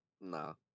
No